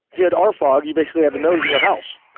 hid our fog you basically have a note in your house?